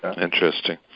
Interesting